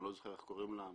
אני לא זוכר איך קוראים להם,